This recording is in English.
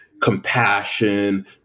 compassion